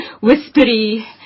whispery